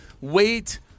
wait